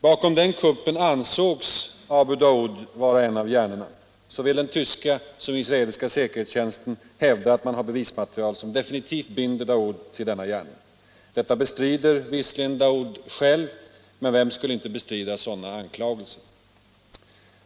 Bakom den kuppen ansågs Abu Daoud vara en av hjärnorna. Såväl den tyska som den israeliska säkerhetstjänsten hävdar att man har bevismaterial som definitivt binder Daoud till denna gärning. Detta bestrider visserligen Daoud själv — men vem skulle inte bestrida sådana anklagelser?